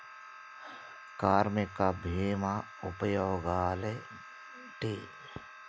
కార్మిక బీమా ఉపయోగాలేంటి?